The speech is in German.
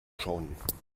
schauen